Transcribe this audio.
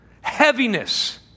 heaviness